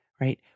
Right